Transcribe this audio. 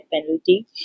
penalty